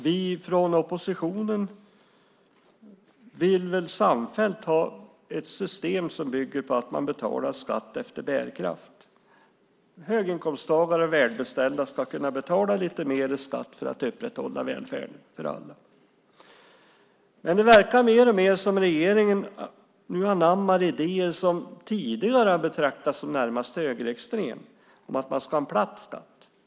Vi från oppositionen vill samfällt ha ett system som bygger på att man betalar skatt efter bärkraft. Höginkomsttagare och välbeställda ska betala lite mer i skatt för att upprätthålla välfärden för alla. Men det verkar mer och mer som att regeringen nu anammar idéer som tidigare har betraktats som närmast högerextrema om att man ska ha platt skatt.